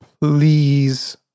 please